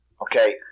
okay